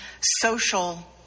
social